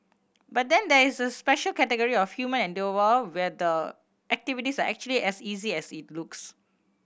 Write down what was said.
but then there is a special category of human endeavour where the activities are actually as easy as it looks